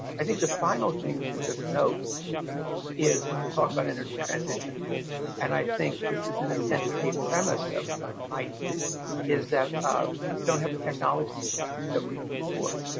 i think the final thing to just note is when we talk about energy transition and i think this is in a sense a premise of mitei is that we don't have the technologies that we need for.